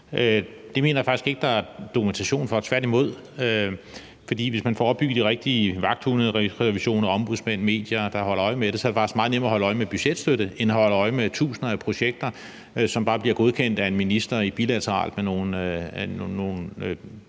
Det mener jeg faktisk ikke der er dokumentation for, tværtimod. For hvis man får tilvejbragt de rigtige vagthunde, revisioner, ombudsmænd og medier, der holder øje med det, er det faktisk meget nemmere at holde øje med budgetstøtte end at holde øje med tusinder af projekter, som bare bliver godkendt af en minister bilateralt med nogle